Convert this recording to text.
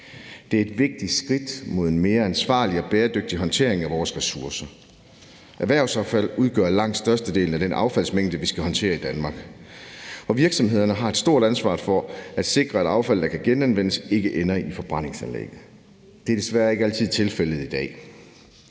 Det er et vigtigt skridt mod en mere ansvarlig og bæredygtig håndtering af vores ressourcer. Erhvervsaffald udgør langt størstedelen af den affaldsmængde, vi skal håndtere i Danmark. Virksomhederne har et stort ansvar for at sikre, at affald, der kan genanvendes, ikke ender i forbrændingsanlægget. Det er desværre ikke altid tilfældet i dag.